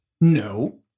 no